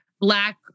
black